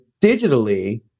digitally